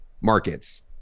markets